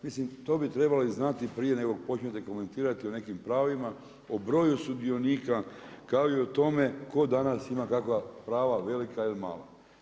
Mislim, to bi trebalo znati i prije nego što počnete komentirati o nekim pravima, o broju sudionika, kao i o tome tko danas ima kakva prava velika ili mala.